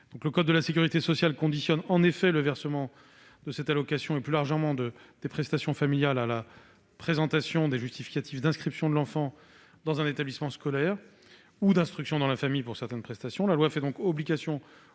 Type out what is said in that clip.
Le code de la sécurité sociale conditionne en effet le versement de cette allocation, et plus largement des prestations familiales, à la présentation des justificatifs d'inscription de l'enfant dans un établissement scolaire ou d'instruction dans la famille pour certaines prestations. La loi fait donc obligation